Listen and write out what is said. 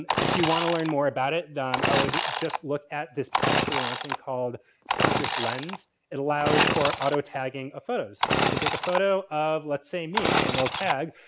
if you want to learn more about it i would just look at this product they're launching called pinterest lens. it allows for auto tagging of photos. so, you can take a photo of, let's say, me, an old tag,